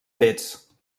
fets